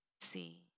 see